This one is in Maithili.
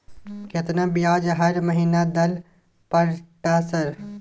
केतना ब्याज हर महीना दल पर ट सर?